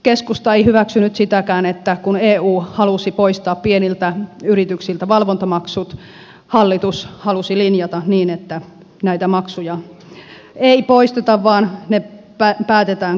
keskusta ei hyväksynyt sitäkään että kun eu halusi poistaa pieniltä yrityksiltä valvontamaksut hallitus halusi linjata niin että näitä maksuja ei poisteta vaan ne päätetään kansallisesti